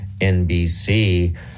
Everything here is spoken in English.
NBC